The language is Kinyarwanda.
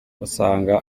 usanga